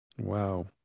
Wow